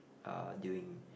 uh during